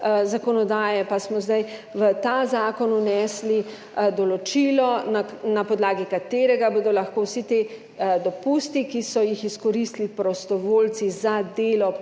zakonodaje. Pa smo zdaj v ta zakon vnesli določilo na podlagi katerega bodo lahko vsi ti dopusti, ki so jih izkoristili prostovoljci za delo